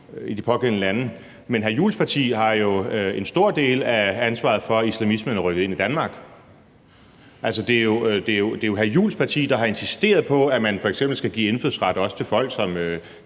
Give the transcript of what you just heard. Juhls parti har jo en stor del af ansvaret for, at islamismen er rykket ind i Danmark. Det er jo hr. Christian Juhls parti, der har insisteret på, at man f.eks. skal give indfødsret også til folk,